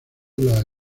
los